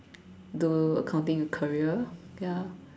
do accounting career ya